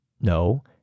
no